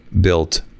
built